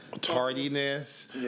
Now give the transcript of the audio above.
Tardiness